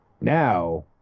Now